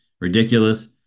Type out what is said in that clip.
ridiculous